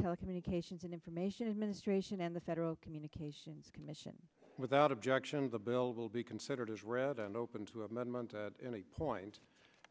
telecommunications and information administration and the federal communications commission without objection the bill will be considered as read and open to amendment at any point